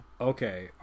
Okay